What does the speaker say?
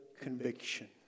conviction